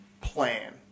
plan